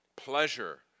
pleasure